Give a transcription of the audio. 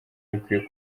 bikwiye